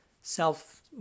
self